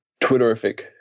Twitterific